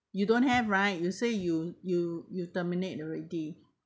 you don't have right you say you you you terminate already